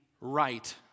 right